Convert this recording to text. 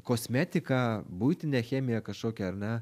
kosmetiką buitinę chemiją kažkokią ar ne